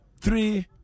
three